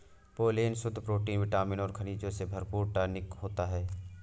pollen शुद्ध protein vitamin और खनिजों से भरपूर टॉनिक होता है